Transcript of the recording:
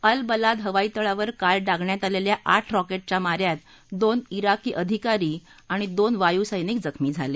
अल Balad हवाई तळावर काल डागण्यात आलेल्या आठ रॉके डिया मा यात दोन जिकी अधिकारी आणि दोन वायूसैनिक जखमी झाले